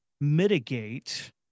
mitigate